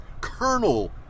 Colonel